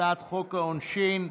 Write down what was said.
הצעת חוק העונשין (תיקון,